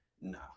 No